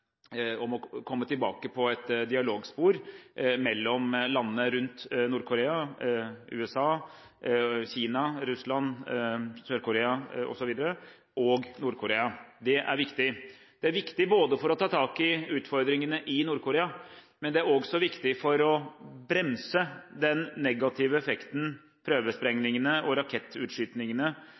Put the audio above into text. å komme tilbake på et dialogspor mellom landene Nord-Korea, USA, Kina, Russland, Sør-Korea osv. Det er viktig. Det er viktig for å ta tak i utfordringene i Nord-Korea, men det er også viktig for å bremse den negative effekten prøvesprengningene og rakettutskytningene